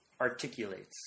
articulates